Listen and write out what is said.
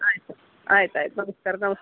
ಆಯಿತು ಆಯ್ತು ಆಯ್ತು ನಮ್ಸ್ಕಾರ ನಮ್ಸ್